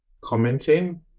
commenting